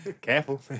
Careful